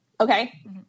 Okay